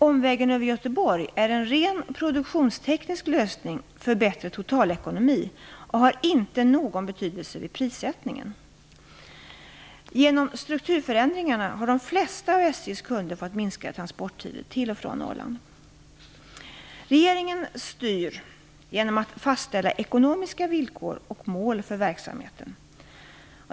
Omvägen över Göteborg är en ren produktionsteknisk lösning för bättre totalekonomi och har inte någon betydelse vid prissättningen. Genom strukturförändringarna har de flesta av SJ:s kunder fått minskade transporttider till och från Norrland. Regeringen styr genom att fastställa ekonomiska villkor och mål för verksamheten.